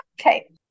Okay